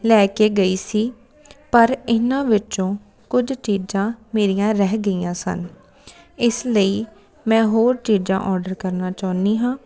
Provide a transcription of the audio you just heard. ਲੈ ਕੇ ਗਈ ਸੀ ਪਰ ਇਹਨਾਂ ਵਿੱਚੋਂ ਕੁਝ ਚੀਜ਼ਾਂ ਮੇਰੀਆਂ ਰਹਿ ਗਈਆਂ ਸਨ ਇਸ ਲਈ ਮੈਂ ਹੋਰ ਚੀਜ਼ਾਂ ਔਡਰ ਕਰਨਾ ਚਾਹੁੰਦੀ ਹਾਂ